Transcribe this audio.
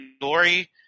Lori